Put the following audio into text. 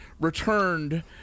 returned